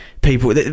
people